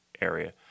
area